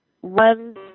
one